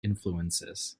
influences